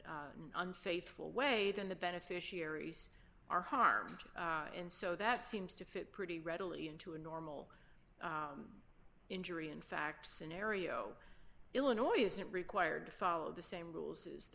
unfaithful way then the beneficiaries are harmed and so that seems to fit pretty readily into a normal injury in fact scenario illinois isn't required to follow the same rules as the